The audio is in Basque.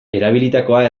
erabilitakoa